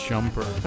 Jumper